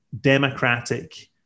democratic